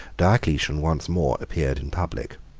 diocletian once more appeared in public,